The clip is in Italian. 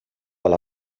alla